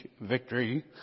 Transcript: victory